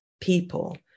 people